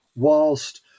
whilst